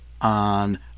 on